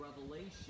revelation